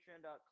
patreon.com